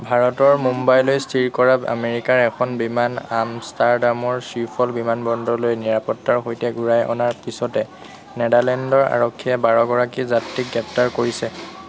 ভাৰতৰ মুম্বাইলৈ স্থিৰ কৰা আমেৰিকাৰ এখন বিমান আমষ্টাৰ্ডামৰ শ্বিফ'ল বিমানবন্দৰলৈ নিৰাপত্তাৰ সৈতে ঘূৰাই অনাৰ পিছতে নেডাৰলেণ্ডৰ আৰক্ষীয়ে বাৰগৰাকী যাত্ৰীক গ্ৰেপ্টাৰ কৰিছে